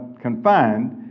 confined